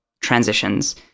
transitions